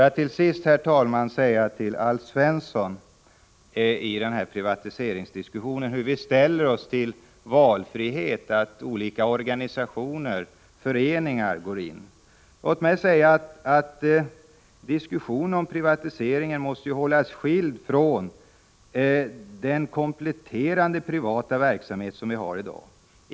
Alf Svensson undrade hur vi ställer oss till den valfrihet som går ut på att olika organisationer och föreningar skall få bedriva skilda verksamheter. Diskussionen om privatisering måste hållas skild från den kompletterande privata verksamhet som vi har i dag.